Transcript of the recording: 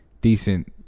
decent